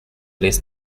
least